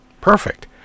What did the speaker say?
Perfect